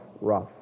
rough